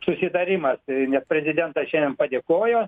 susitarimas nes prezidentas šiandien padėkojo